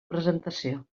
presentació